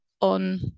on